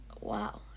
Wow